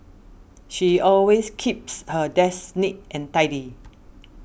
she always keeps her desk neat and tidy